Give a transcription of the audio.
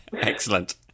Excellent